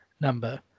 number